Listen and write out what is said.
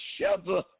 shelter